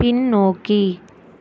பின்னோக்கி